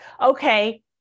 Okay